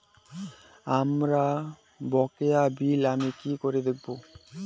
আমার বকেয়া বিল আমি কি করে দেখব?